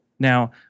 Now